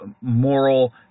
moral